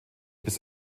bis